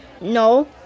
No